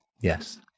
Yes